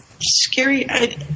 scary –